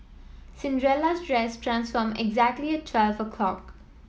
Cinderella's dress transformed exactly at twelve o'clock